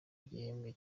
gihembwe